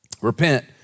repent